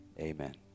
amen